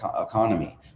economy